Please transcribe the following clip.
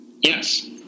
Yes